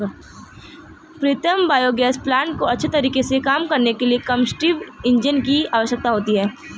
प्रीतम biogas plant को अच्छे तरीके से काम करने के लिए कंबस्टिव इंजन की आवश्यकता होती है